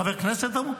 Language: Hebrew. --- שתהיה ראש ממשלה.